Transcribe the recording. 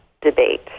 debate